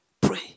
Pray